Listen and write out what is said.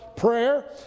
prayer